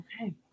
Okay